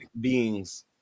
beings